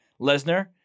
Lesnar